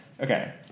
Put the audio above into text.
Okay